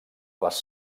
les